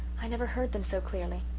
i never heard them so clearly.